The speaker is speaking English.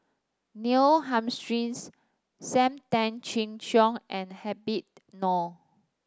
Neil Humphreys Sam Tan Chin Siong and Habib Noh